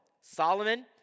Solomon